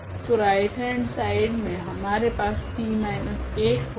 तो right hand side मे हमारे पास P 1 होगा